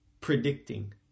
predicting